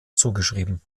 zugeschrieben